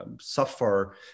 suffer